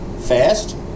Fast